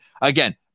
again